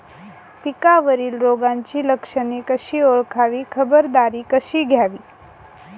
पिकावरील रोगाची लक्षणे कशी ओळखावी, खबरदारी कशी घ्यावी?